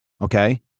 okay